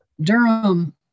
Durham